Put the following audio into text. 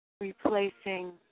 Replacing